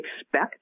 expect